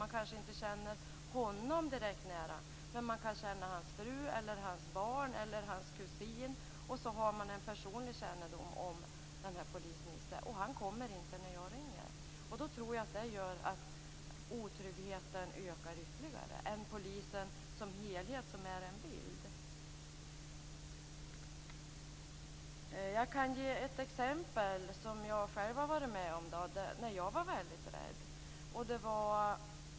Man kanske inte känner honom nära, men man kan känna hans fru, hans barn eller hans kusin, och så har man en personlig kännedom om den här polis Nisse - och han kommer inte när jag ringer. Det tror jag gör att otryggheten ökar mer än när polisen som helhet är som en bild. Jag kan ge exempel på en situation som jag själv har varit med om, när jag var väldigt rädd.